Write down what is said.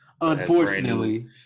Unfortunately